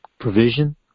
provision